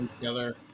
together